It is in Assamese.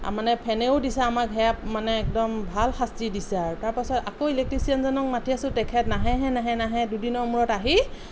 তাৰমানে ফেনেও দিছে আমাৰ সেয়া মানে একদম ভাল শাস্তি দিছে আৰু তাৰপাছত আকৌ ইলেক্ট্ৰিচিয়ানজনক মাতি আছোঁ তেখেত নাহেহে নাহে নাহে দুদিনৰ মূৰত আহি